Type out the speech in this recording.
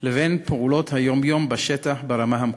לבין פעולות היום-יום בשטח ברמה המקומית.